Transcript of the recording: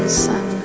sun